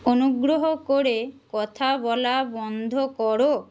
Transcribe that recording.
অনুগ্রহ করে কথা বলা বন্ধ কর